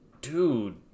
dude